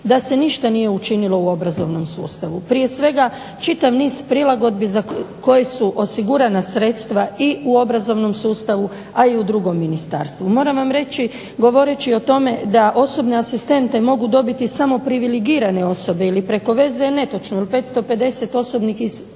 da se ništa nije učinilo u obrazovnom sustavu. Prije svega čitav niz prilagodbi za koja su osigurana sredstva i u obrazovnom sustavu, a i u drugim ministarstvima. Moram vam reći govoreći o tome da osobne asistente mogu dobiti samo privilegirane osobe ili preko veze je netočno, jer preko